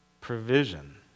Provision